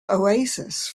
oasis